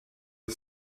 the